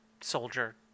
soldier